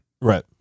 Right